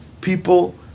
people